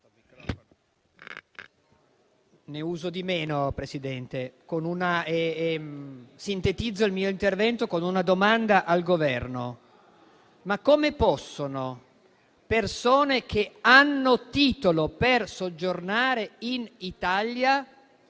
come possono persone che hanno titolo per soggiornare in Italia